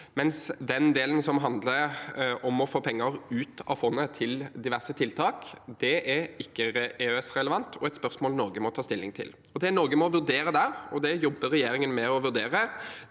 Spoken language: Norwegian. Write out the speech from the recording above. men den delen som handler om å få penger ut av fondet til diverse tiltak, er ikke EØS-relevant og et spørsmål Norge må ta stilling til. Det Norge må vurdere i den forbindelse – og det jobber regjeringen med – er